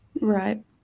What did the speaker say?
Right